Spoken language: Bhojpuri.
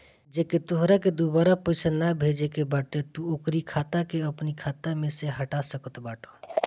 जेके तोहरा के दुबारा पईसा नाइ भेजे के बाटे तू ओकरी खाता के अपनी खाता में से हटा सकत बाटअ